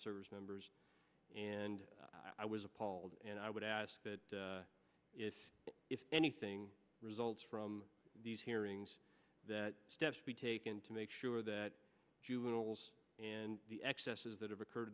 service members and i was appalled and i would ask that if if anything results from these hearings that steps be taken to make sure that juveniles and the excesses that have occurred